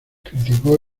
criticó